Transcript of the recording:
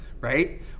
right